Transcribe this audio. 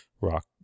rock